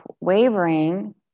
wavering